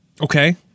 okay